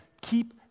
keep